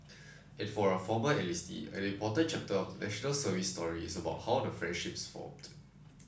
and for a former enlistee an important chapter of the National Service story is about the friendships formed